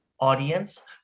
audience